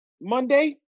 Monday